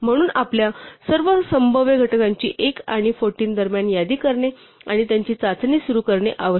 म्हणून आपण आपल्या सर्व संभाव्य घटकांची एक आणि 14 दरम्यान यादी करणे आणि त्यांची चाचणी करणे सुरू करतो